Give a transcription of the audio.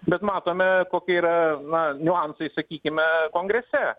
bet matome kokie yra na niuansai sakykime kongrese